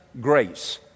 grace